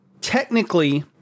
Technically